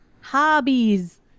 hobbies